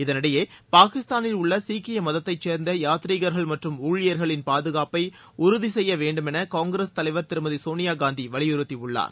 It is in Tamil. இதனிடையே பாகிஸ்தானில் உள்ள சீக்கிய மதத்தைச் சேர்ந்த யாத்ரீகர்கள் மற்றம் ஊழியர்களின் பாதுகாப்பை உறுதி செய்ய வேண்டும் என காங்கிரஸ் தலைவர் திருமதி சோனியாகாந்தி வலியுறுத்தியுள்ளார்